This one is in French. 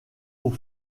aux